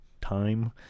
time